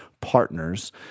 partners